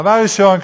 דבר ראשון,